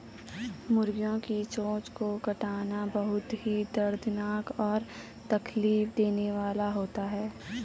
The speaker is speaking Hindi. मुर्गियों की चोंच को काटना बहुत ही दर्दनाक और तकलीफ देने वाला होता है